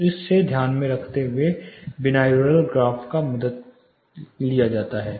तो यह ध्यान में रखते हुए बीनायुरल ग्राफ मदद करता है